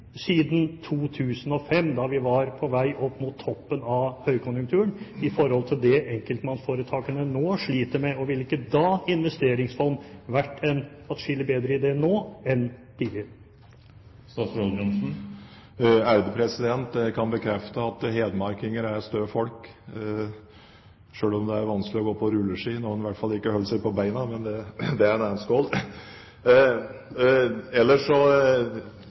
siden 2005 da vi var på vei opp mot toppen av høykonjunkturen, i forhold til det som enkeltmannsforetakene nå sliter med? Ville ikke investeringsfond vært en atskillig bedre idé nå enn tidligere? Jeg kan bekrefte at hedmarkinger er støe folk, selv om det er vanskelig å gå på rulleski når en ikke holder seg på beina, men det er en annen skål. Ellers vil jeg for så